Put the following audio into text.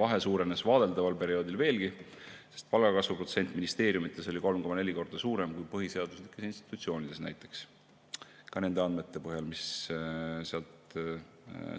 Vahe suurenes vaadeldaval perioodil veelgi, sest palgakasvu protsent ministeeriumides oli 3,4 korda suurem kui näiteks põhiseaduslikes institutsioonides – ka nende andmete põhjal, mis